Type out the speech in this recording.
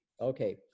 Okay